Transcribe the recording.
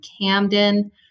Camden